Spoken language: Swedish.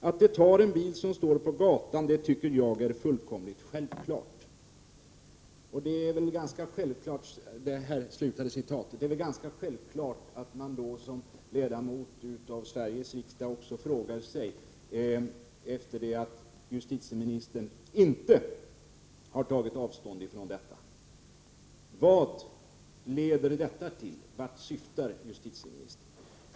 Att de tar en bil som står på gatan, det tycker jag är fullkomligt självklart.” Det är ganska självklart att man då som ledamot av Sveriges riksdag också frågar sig, efter det att justitieministern inte har tagit avstånd från uttalandet: Vad leder det till? Vart syftar justitieministern?